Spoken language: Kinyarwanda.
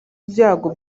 ibyago